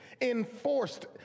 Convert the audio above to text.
enforced